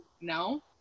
no